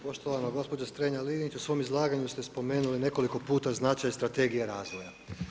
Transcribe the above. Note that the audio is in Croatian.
Poštovana gospođa Strenja-Linić, u svom izlaganju ste spomenuli nekoliko puta značaj strategije razvoja.